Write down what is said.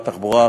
תחבורה,